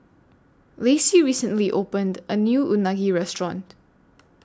Lacey recently opened A New Unagi Restaurant